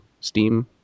steam